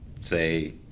say